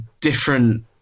different